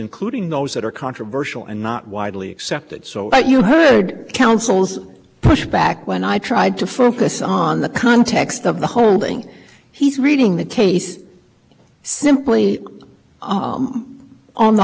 including those that are controversial and not widely accepted so what you heard councils push back when i tried to focus on the context of the holding he's reading the case is simply on the